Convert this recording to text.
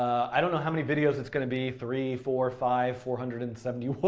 i don't know how many videos it's going to be. three, four, five, four hundred and seventy one.